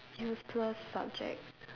useless subjects